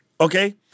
Okay